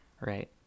Right